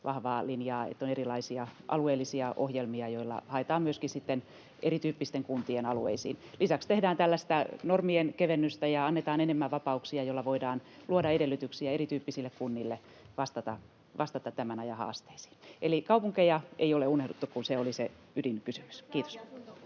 vahva linja, että on erilaisia alueellisia ohjelmia, joilla haetaan ratkaisuja myöskin erityyppisten kuntien alueisiin. Lisäksi tehdään tällaista normien kevennystä ja annetaan enemmän vapauksia, joilla voidaan luoda edellytyksiä erityyppisille kunnille vastata tämän ajan haasteisiin. Eli kaupunkeja ei ole unohdettu — se oli se ydinkysymys.